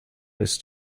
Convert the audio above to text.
ist